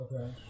Okay